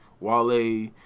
Wale